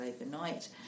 overnight